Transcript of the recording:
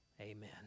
Amen